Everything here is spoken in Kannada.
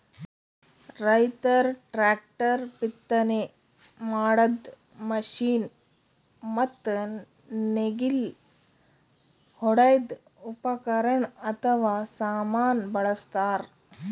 ರೈತರ್ ಟ್ರ್ಯಾಕ್ಟರ್, ಬಿತ್ತನೆ ಮಾಡದ್ದ್ ಮಷಿನ್ ಮತ್ತ್ ನೇಗಿಲ್ ಹೊಡ್ಯದ್ ಉಪಕರಣ್ ಅಥವಾ ಸಾಮಾನ್ ಬಳಸ್ತಾರ್